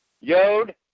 Yod